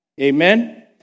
Amen